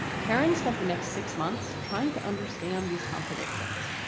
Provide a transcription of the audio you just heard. karen spent the next six months trying to understand these contradictions.